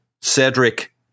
Cedric